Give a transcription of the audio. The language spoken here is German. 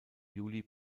juli